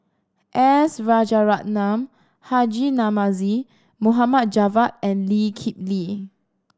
S Rajaratnam Haji Namazie Mohd Javad and Lee Kip Lee